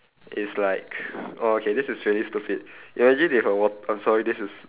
it's like okay this is really stupid imagine if a wa~ I'm sorry this is